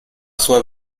sua